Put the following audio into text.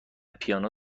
پیانو